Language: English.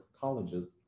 colleges